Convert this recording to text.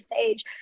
age